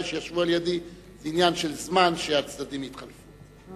שישבו על ידי שזה עניין של זמן שהצדדים יתחלפו.